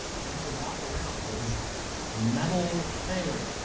i had to walk around with this metal thing